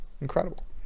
incredible